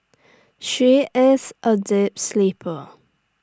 she is A deep sleeper